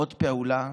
עוד פעולה,